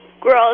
girls